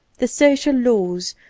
the social laws,